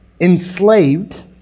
enslaved